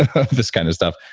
ah this kind of stuff,